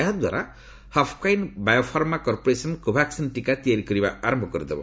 ଏହାଦ୍ୱାରା Haffkine Biopharma Corporation Covaxin ଟିକା ତିଆରି କରିବା ଆରମ୍ଭ କରିଦେବ